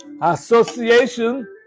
Association